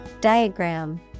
Diagram